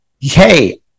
hey